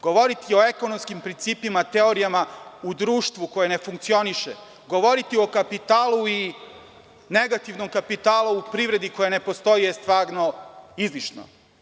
Govoriti o ekonomskim principima, teorijama u društvu koje ne funkcioniše, govoriti o kapitalu i negativnom kapitalu u privredi koja ne postoji, stvarno je izlišno.